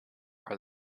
are